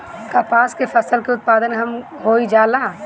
कपास के फसल के उत्पादन कम होइ जाला?